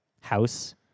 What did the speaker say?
house